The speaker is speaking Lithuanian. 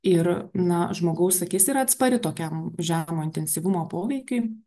ir na žmogaus akis yra atspari tokiam žemo intensyvumo poveikiui